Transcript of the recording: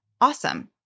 awesome